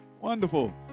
Wonderful